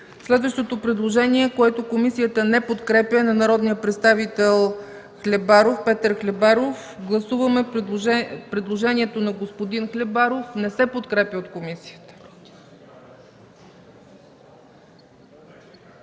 Следващото предложение, което комисията не подкрепя, е на народния представител Петър Хлебаров. Гласуваме предложението на господин Хлебаров, което не се подкрепя от комисията.